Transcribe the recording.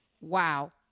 Wow